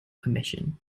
commission